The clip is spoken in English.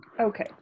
Okay